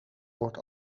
wordt